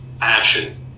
action